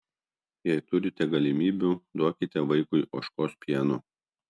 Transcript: jei turite galimybių duokite vaikui ožkos pieno